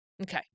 Okay